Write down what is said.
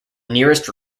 nearest